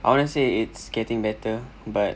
I wanna say it's getting better but